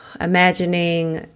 Imagining